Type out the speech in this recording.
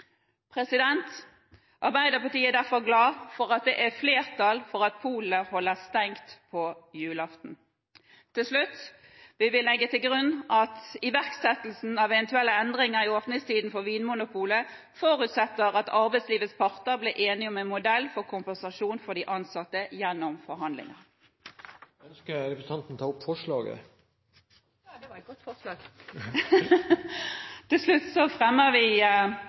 Arbeiderpartiet er derfor glad for at det er flertall for at polet holder stengt på julaften. Til slutt: Vi vil legge til grunn at iverksettelsen av eventuelle endringer i åpningstiden for Vinmonopolet forutsetter at arbeidslivets parter blir enige om en modell for kompensasjon for de ansatte gjennom forhandlinger. Til slutt tar jeg opp forslaget fra Arbeiderpartiet og SV. Representanten Ruth Grung har tatt opp det forslaget hun refererte til.